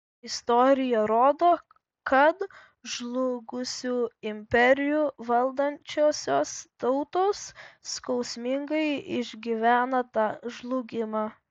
istorija rodo kad žlugusių imperijų valdančiosios tautos skausmingai išgyvena tą žlugimą